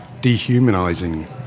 dehumanizing